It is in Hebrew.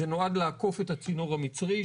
זה נועד לעקוף את הצינור המצרי,